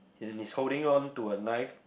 and he's holding onto a knife